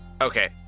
okay